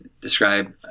Describe